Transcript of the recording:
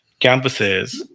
campuses